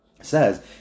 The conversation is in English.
says